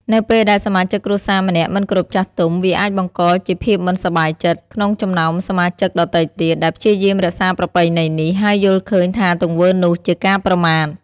នៅពេលដែលសមាជិកគ្រួសារម្នាក់មិនគោរពចាស់ទុំ វាអាចបង្កជាភាពមិនសប្បាយចិត្តក្នុងចំណោមសមាជិកដទៃទៀត ដែលព្យាយាមរក្សាប្រពៃណីនេះ ហើយយល់ឃើញថាទង្វើនោះជាការប្រមាថ។